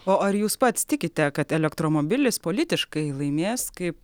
o ar jūs pats tikite kad elektromobilis politiškai laimės kaip